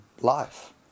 life